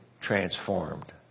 Transformed